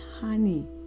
honey